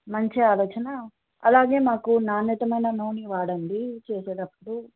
మంచి ఆలోచన అలాగే మాకు నాణ్యతమైన నూని వాడండి చేసేటప్పుడు